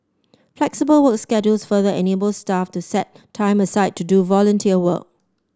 flexible work schedules further enable staff to set time aside to do volunteer work